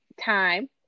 time